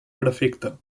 prefecte